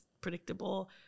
predictable